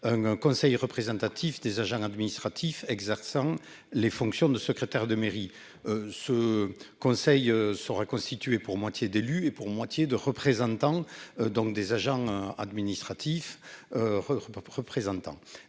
Conseil représentatif des agents administratifs exerçant les fonctions de secrétaire de mairie. Ce conseil sera constitué pour moitié d'élus et pour moitié de représentants donc des agents administratifs. Représentant